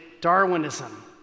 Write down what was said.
Darwinism